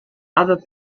other